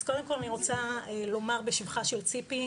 אז קודם כל אני רוצה לומר בשבחה של ציפי.